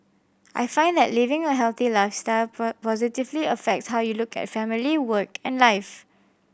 I find that living a healthy lifestyle positively affects how you look at family work and life